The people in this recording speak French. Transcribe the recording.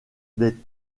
des